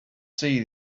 see